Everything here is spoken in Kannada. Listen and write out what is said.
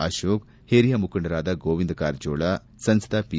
ಅಶೋಕ್ ಓರಿಯ ಮುಖಂಡರಾದ ಗೋವಿಂದ ಕಾರಜೋಳ ಸಂಸದ ಪಿ